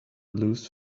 loose